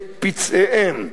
את פצעיהם,